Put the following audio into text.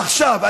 עכשיו,